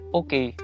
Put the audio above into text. okay